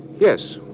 Yes